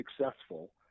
successful